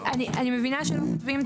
אני מבינה שלא כותבים,